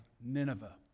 Nineveh